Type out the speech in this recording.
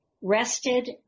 rested